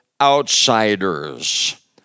outsiders